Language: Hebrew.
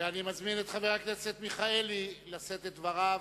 אני מזמין את חבר הכנסת אברהם מיכאלי לשאת את דבריו.